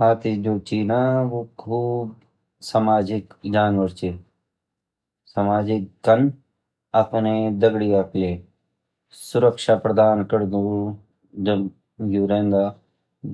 हठी जो ची न वो सामाजिक जानवर चीसमाजिक कन अपने दगड़िया कई लिए सुतराक्षा प्रदान करदु जब यु रहन्दा